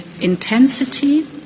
intensity